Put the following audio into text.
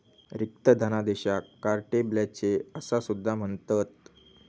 रिक्त धनादेशाक carte blanche असा सुद्धा म्हणतत